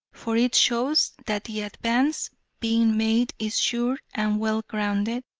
for it shows that the advance being made is sure and well-grounded,